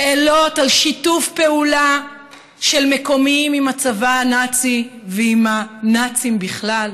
שאלות על שיתוף פעולה של מקומיים עם הצבא הנאצי ועם הנאצים בכלל,